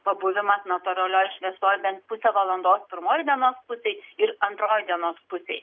pabuvimas natūralioj šviesoj bent pusę valandos pirmoj dienos pusėj ir antroj dienos pusėj